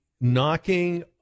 knocking